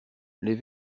les